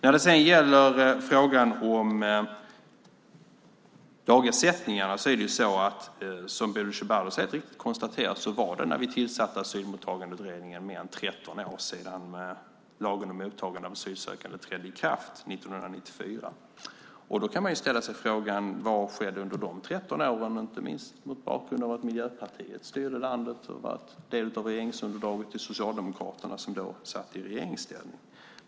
När det sedan gäller frågan om dagersättningarna är det så, som Bodil Ceballos helt riktigt konstaterat, att när vi tillsatte Asylmottagningsutredningen var det mer än 13 år sedan lagen om mottagande av asylsökande trädde i kraft 1994. Då kan man ställa sig frågan: Vad skedde under de 13 åren, inte minst mot bakgrund av att Miljöpartiet styrde landet och var del av regeringsunderlaget till Socialdemokraterna, som då satt i regeringsställning?